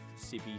sippy